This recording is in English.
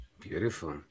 Beautiful